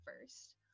first